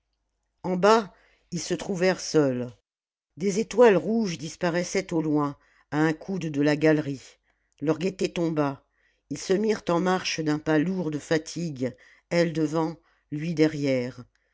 en bas ils se trouvèrent seuls des étoiles rouges disparaissaient au loin à un coude de la galerie leur gaieté tomba ils se mirent en marche d'un pas lourd de fatigue elle devant lui derrière